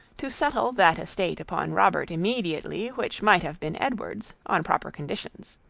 to settle that estate upon robert immediately, which might have been edward's, on proper conditions.